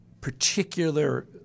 particular